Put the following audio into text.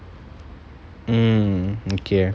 mm okay